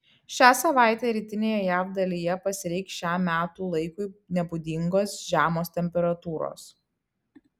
šią savaitę rytinėje jav dalyje pasireikš šiam metų laikui nebūdingos žemos temperatūros